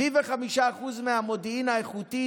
75% מהמודיעין האיכותי,